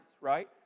right